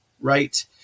Right